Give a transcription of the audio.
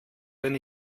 wenn